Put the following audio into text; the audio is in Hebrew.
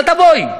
אל תבואי,